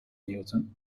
newton